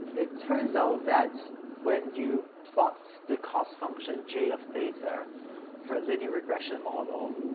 it turns out that when you plot the cost function j of theta for a linear regression model,